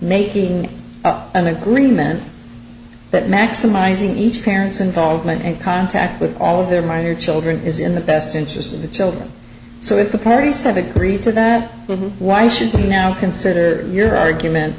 making an agreement that maximizing each parents involvement and contact with all of their minor children is in the best interest of the children so if the parents have agreed to that why should we now consider your argument